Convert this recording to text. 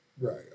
right